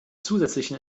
zusätzlichen